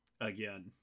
again